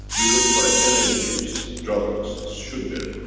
we look for ah energy, which is drugs, sugar,